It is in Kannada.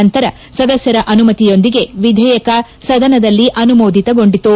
ನಂತರ ಸದಸ್ನರ ಅನುಮತಿಯೊಂದಿಗೆ ವಿಧೇಯಕ ಸದನದಲ್ಲಿ ಅನುಮೋದನೆಗೊಂಡಿತು